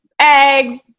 eggs